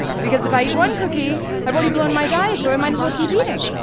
because if i eat one cookie, i've already blown my diet, so i might as well keep eating.